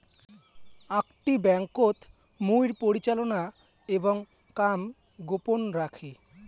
আকটি ব্যাংকোত মুইর পরিচালনা এবং কাম গোপন রাখে